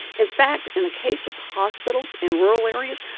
in fact, in the case of hospitals in rural areas,